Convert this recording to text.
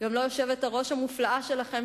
גם לא היושבת-ראש המופלאה שלכם,